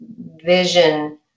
vision